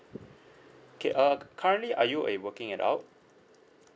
okay uh currently are you a working adult